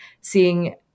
seeing